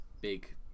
big